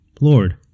Lord